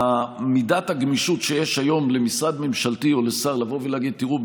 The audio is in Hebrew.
שמידת הגמישות שיש היום למשרד ממשלתי או לשר לבוא ולהגיד: תראו,